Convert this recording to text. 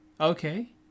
Okay